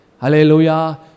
Hallelujah